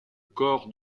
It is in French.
corps